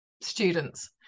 students